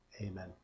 Amen